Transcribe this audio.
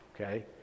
okay